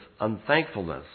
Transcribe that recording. unthankfulness